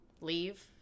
leave